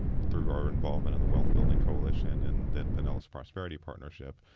through our involvement in the wealth building coalition and then pinellas prosperity partnership,